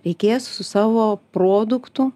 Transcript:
reikės su savo produktu